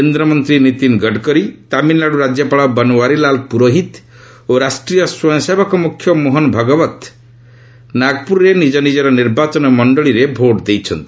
କେନ୍ଦ୍ରମନ୍ତ୍ରୀ ନୀତିନ ଗଡ଼କରୀ ତାମିଲନାଡୁ ରାଜ୍ୟପାଳ ବନୱାରିଲାଲ ପୁରୋହିତ ଓ ରାଷ୍ଟ୍ରିୟ ସ୍ୱୟଂସେବକ ମୁଖ୍ୟ ମୋହନ ଭଗବତ ନାଗପୁରରେ ନିଜ ନିଜର ନିର୍ବାଚନ ମଣ୍ଡଳୀରେ ଭୋଟ୍ ଦେଇଛନ୍ତି